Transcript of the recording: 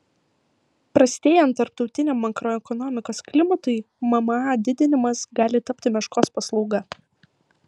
prastėjant tarptautiniam makroekonomikos klimatui mma didinimas gali tapti meškos paslauga